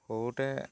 সৰুতে